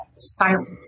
silence